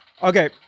okay